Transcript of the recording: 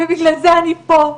ובגלל זה אני פה,